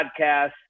podcast